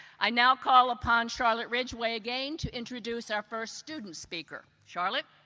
i now call upon charlotte ridgeway, again, to introduce our first student speaker. charlotte.